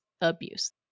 abuse